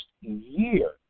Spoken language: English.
year